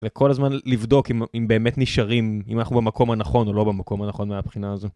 וכל הזמן לבדוק אם באמת נשארים אם אנחנו במקום הנכון או לא במקום הנכון מהבחינה הזו.